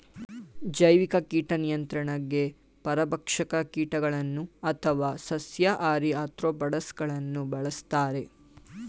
ಜೈವಿಕ ಕೀಟ ನಿಯಂತ್ರಣಗೆ ಪರಭಕ್ಷಕ ಕೀಟಗಳನ್ನು ಅಥವಾ ಸಸ್ಯಾಹಾರಿ ಆಥ್ರೋಪಾಡ್ಸ ಗಳನ್ನು ಬಳ್ಸತ್ತರೆ